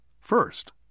first